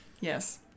Yes